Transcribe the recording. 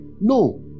No